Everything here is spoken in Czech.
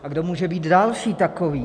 A kdo může být další takový?